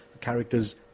characters